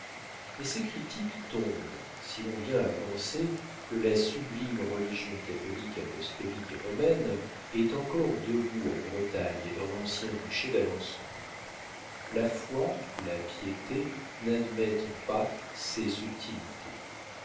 mais ces critiques tombent si l'on vient à penser que la sublime religion catholique apostolique et romaine est encore debout en bretagne et dans l'ancien duché d'alençon la foi la piété n'admettent pas ces subtilités